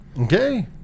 okay